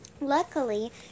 Luckily